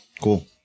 Cool